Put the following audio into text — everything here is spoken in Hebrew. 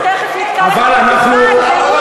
למה לא תקפתם את טורקיה?